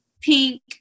pink